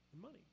money